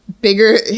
bigger